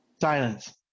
Silence